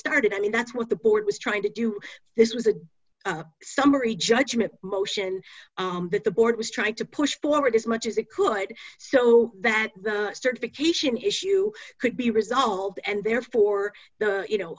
started and that's what the board was trying to do this was a summary judgment motion that the board was trying to push forward as much as it could so that certification issue could be resolved and therefore you know